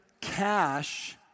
cash